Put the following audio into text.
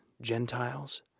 Gentiles